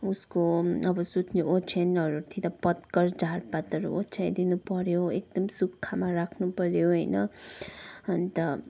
उसको अब सुत्ने ओछ्यानहरूतिर पत्कर झारपातहरू ओछ्याइदिनु पऱ्यो एकदम सुख्खामा राख्नु पऱ्यो होइन अन्त